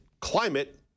climate